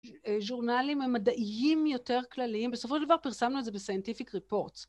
ז'ורנלים המדעיים יותר כלליים, בסופו של דבר פרסמנו את זה בסיינטיפיק ריפורטס.